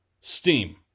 Steam